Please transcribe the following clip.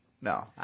No